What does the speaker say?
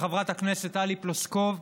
וחברת הכנסת טלי פלוסקוב,